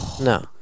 No